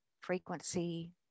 frequency